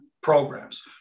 programs